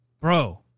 bro